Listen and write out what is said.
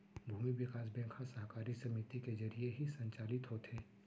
भूमि बिकास बेंक ह सहकारी समिति के जरिये ही संचालित होथे